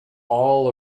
all